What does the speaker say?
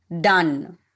done